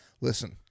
listen